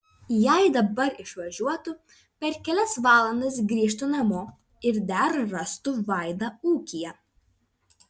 jei dabar išvažiuotų per kelias valandas grįžtų namo ir dar rastų vaidą ūkyje